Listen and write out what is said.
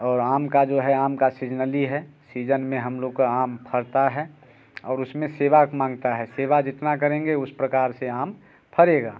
और आम का जो है आम का सीज़नली है सीज़न में हम लोग का आम फरता है और उसमें सेवा मांगता सेवा जितना करेंगे उस प्रकार से आम फरेगा